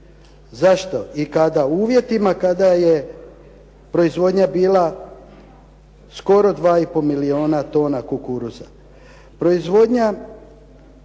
Zašto i kada? U uvjetima kada je proizvodnja bila skoro 2 i pol milijuna tona kukuruza.